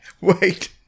Wait